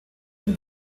den